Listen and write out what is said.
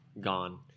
gone